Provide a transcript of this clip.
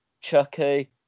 Chucky